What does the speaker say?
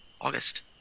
August